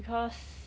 cause